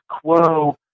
quo